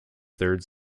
third